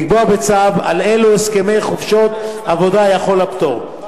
לקבוע בצו על אילו הסכמי חופשות עבודה יחול הפטור.